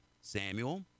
Samuel